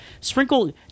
Sprinkle